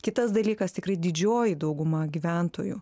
kitas dalykas tikrai didžioji dauguma gyventojų